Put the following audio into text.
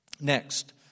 Next